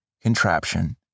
contraption